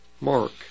Mark